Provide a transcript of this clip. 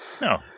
No